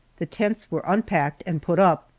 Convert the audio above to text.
the tents were unpacked and put up,